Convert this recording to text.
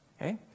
Okay